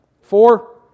Four